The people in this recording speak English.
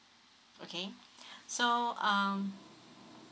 okay so um